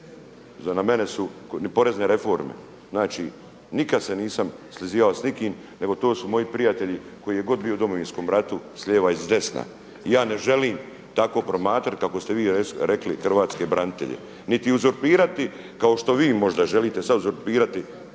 na mene su, ni porezne reforme, znači nikada se nisam slizivao s nikim nego to su moji prijatelji koji je god bio u Domovinskom ratu s lijeva i s desna. I ja ne želim tako promatrati kako ste vi rekli hrvatske branitelje niti uzurpirati kao što vi možda želite sada uzurpirati